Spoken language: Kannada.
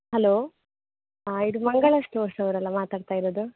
ಹಲೋ ಇದು ಮಂಗಳಾ ಸ್ಟೋರ್ಸ್ ಅವ್ರಲ್ಲಾ ಮಾತಾಡ್ತ ಇರೋದು